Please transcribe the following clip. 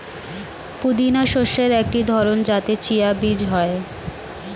পুদিনা শস্যের একটি ধরন যাতে চিয়া বীজ হয়